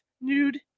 nude